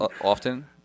often